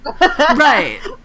right